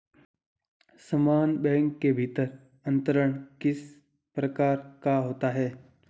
समान बैंक के भीतर अंतरण किस प्रकार का होता है?